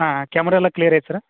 ಹಾಂ ಹಾಂ ಕ್ಯಾಮರ ಎಲ್ಲ ಕ್ಲಿಯರ್ ಐತಾ ಸರ